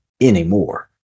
anymore